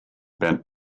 bent